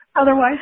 otherwise